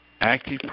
active